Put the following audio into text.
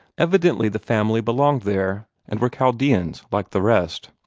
evidently the family belonged there, and were chaldeans like the rest.